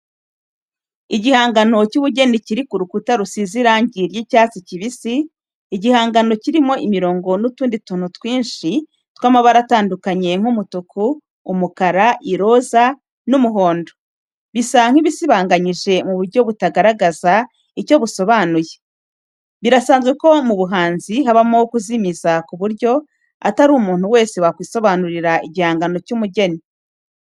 Igihangano cy’ubugeni kiri ku rukuta rusize irangi ry’icyatsi kibisi, igihangano kirimo imirongo n’utundi tuntu twinshi tw’amabara atandukanye nk’umutuku, umukara, iroza, n’umuhondo, bisa nk’ibisibanganyije mu buryo butagaragaza icyo busobanuye. Birasanzwe ko mu buhanzi habamo kuzimiza ku buryo atari umuntu wese wakwisobanurira igihangano cy’ubugeni.